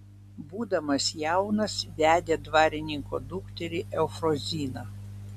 būdamas jaunas vedė dvarininko dukterį eufroziną